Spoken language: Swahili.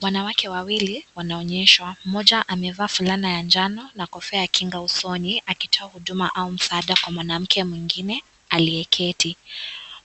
Wanawake wawili wameonyeshwa. Mmoja amevaa fulana ya njano na kofia ya kinga usoni, akitoa huduma au msaada kwa mwanamke mwingine aliyeketi.